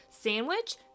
Sandwich